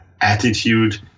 attitude